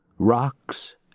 rocks